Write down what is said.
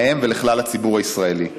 להם ולכלל הציבור הישראלי.